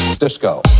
disco